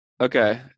Okay